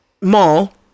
mall